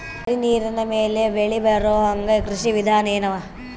ಬರೀ ನೀರಿನ ಮೇಲೆ ಬೆಳಿ ಬರೊಹಂಗ ಕೃಷಿ ವಿಧಾನ ಎನವ?